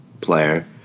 player